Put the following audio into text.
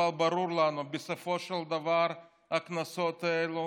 אבל ברור לנו שבסופו של דבר הקנסות האלה